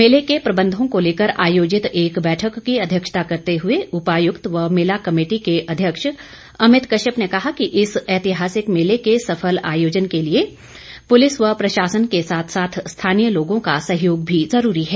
मेले के प्रबंधों को लेकर आयोजित एक बैठक की अध्यक्षता करते हुए उपायुक्त व मेला कमेटी के अध्यक्ष अमित कश्यप ने कहा कि इस ऐतिहासिक मेले के सफल आयोजन के लिए पुलिस व प्रशासन के साथ साथ स्थानीय लोगों का सहयोग भी जरूरी है